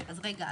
אז רגע,